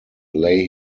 lay